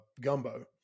gumbo